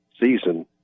season